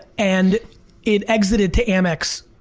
and it exited to amex